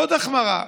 עוד החמרה,